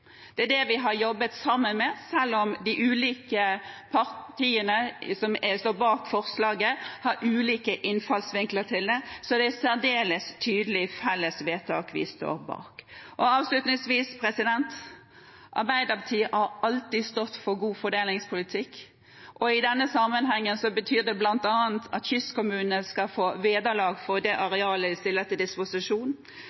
det er det vi har jobbet sammen om. Selv om de ulike partiene som står bak forslaget, har ulike innfallsvinkler til det, er det et særdeles tydelig felles vedtak vi står bak. Avslutningsvis: Arbeiderpartiet har alltid stått for god fordelingspolitikk. I denne sammenhengen betyr det bl.a. at kystkommunene skal få vederlag for det